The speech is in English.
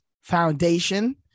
foundation